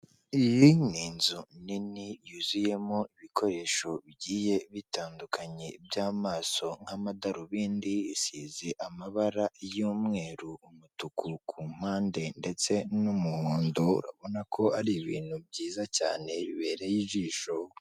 lyi ni inzu nini yuzuyemo ibikoresho bigiye bitandukanye by'amaso nk'amadarubindi, isize amabara y'umweru umutuku ku mpande ndetse n'umuhondo, urabona ko ari ibintu byiza cyane bibereye ijisho.